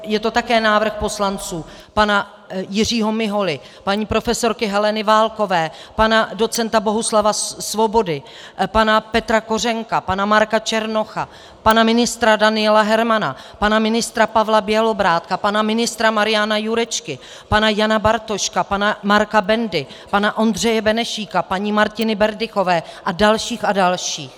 Je to také návrh poslanců pana Jiřího Miholy, paní prof. Heleny Válkové, pana doc. Bohuslava Svobody, pana Petra Kořenka, pana Marka Černocha, pana ministra Daniela Hermana, pana ministra Pavla Bělobrádka, pana ministra Mariana Jurečky, pana Jana Bartoška, pana Marka Bendy, pana Ondřeje Benešíka, paní Martiny Berdychové a dalších a dalších.